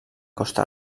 costa